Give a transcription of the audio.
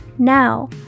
Now